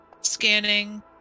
Scanning